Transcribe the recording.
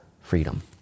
freedom